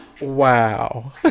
Wow